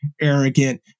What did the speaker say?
arrogant